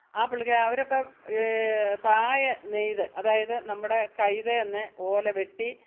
ആ പുള്ളിക്കാരി അവരൊക്കെ പായ നെയ്തു അതായത് നമ്മുടെ കൈതയിൽ നിന്ന് ഓല വെട്ടി